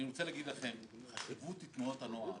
לכן, אני רוצה להגיד לכם שחשיבות תנועות הנוער